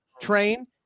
train